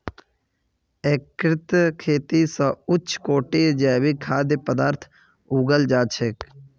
एकीकृत खेती स उच्च कोटिर जैविक खाद्य पद्दार्थ उगाल जा छेक